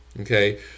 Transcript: okay